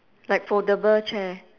like foldable chair